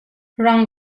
rang